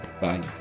Bye